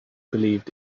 believed